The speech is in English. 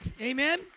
Amen